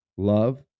Love